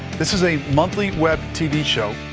this is a monthly web tv show,